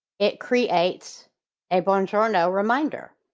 it creates a buongiorno reminder.